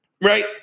Right